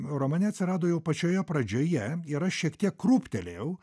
romane atsirado jau pačioje pradžioje ir aš šiek tiek krūptelėjau